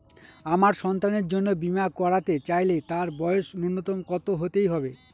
আমার সন্তানের জন্য বীমা করাতে চাইলে তার বয়স ন্যুনতম কত হতেই হবে?